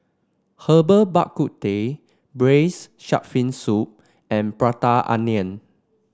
Herbal Bak Ku Teh Braised Shark Fin Soup and Prata Onion